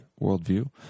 worldview